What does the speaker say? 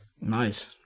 nice